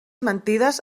mentides